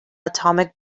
atomic